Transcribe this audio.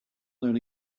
known